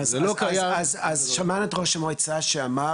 אז אם ככה, אולי אני צריך לחזור למועצה הארצית.